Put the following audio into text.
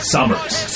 Summers